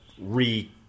re